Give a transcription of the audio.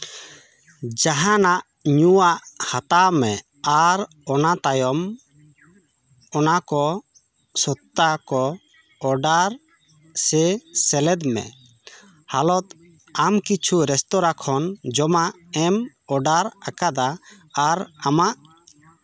ᱡᱟᱦᱟᱱᱟᱜ ᱧᱩᱣᱟᱜ ᱦᱟᱛᱟᱣ ᱢᱮ ᱟᱨ ᱚᱱᱟ ᱛᱟᱭᱚᱢ ᱚᱱᱟ ᱠᱚ ᱥᱚᱛᱛᱟ ᱠᱚ ᱚᱰᱟᱨ ᱥᱮ ᱥᱮᱞᱮᱫ ᱢᱮ ᱦᱟᱞᱚᱛ ᱟᱢ ᱠᱤᱪᱷᱩ ᱨᱮᱥᱛᱳᱨᱟ ᱠᱷᱚᱱ ᱡᱚᱢᱟᱜ ᱮᱢ ᱚᱰᱟᱨ ᱟᱠᱟᱫᱟ ᱟᱨ ᱟᱢᱟᱜ